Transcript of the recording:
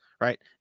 right